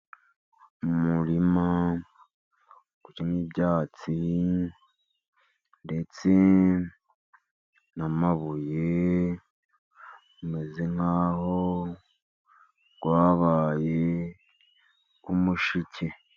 Umurima urimo ibyatsi ndetse n'amabuye umeze nk'aho wabaye umushike.